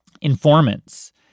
informants